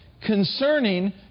concerning